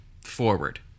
forward